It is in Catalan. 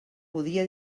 podia